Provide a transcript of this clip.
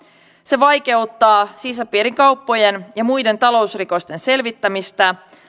se vaikeuttaa sisäpiirinkauppojen ja muiden talousrikosten selvittämistä